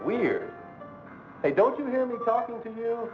we're i don't you hear me talking to you